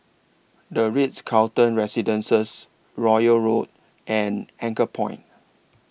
The Ritz Carlton Residences Royal Road and Anchorpoint